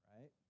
right